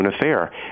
affair